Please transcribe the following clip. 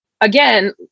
again